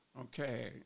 Okay